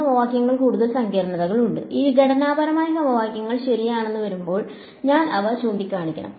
ഈ സമവാക്യങ്ങളിൽ കൂടുതൽ സങ്കീർണതകൾ ഉണ്ട് ഈ ഘടനാപരമായ സമവാക്യങ്ങൾ ശരിയാണെന്ന് വരുമ്പോൾ ഞാൻ അവ ചൂണ്ടിക്കാണിക്കാം